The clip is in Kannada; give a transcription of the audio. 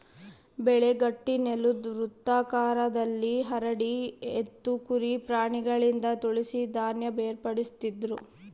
ಬೆಳೆ ಗಟ್ಟಿನೆಲುದ್ ವೃತ್ತಾಕಾರದಲ್ಲಿ ಹರಡಿ ಎತ್ತು ಕುರಿ ಪ್ರಾಣಿಗಳಿಂದ ತುಳಿಸಿ ಧಾನ್ಯ ಬೇರ್ಪಡಿಸ್ತಿದ್ರು